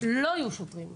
לא יהיו שוטרים.